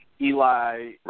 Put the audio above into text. Eli